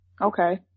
Okay